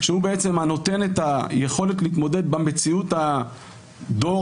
שהוא בעצם הנותן את היכולת להתמודד במציאות של הדור